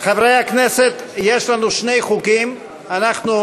גברתי חברת הכנסת מרב מיכאלי, זה לא בסדר.